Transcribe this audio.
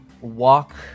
walk